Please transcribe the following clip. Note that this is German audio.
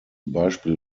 beispiel